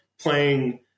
playing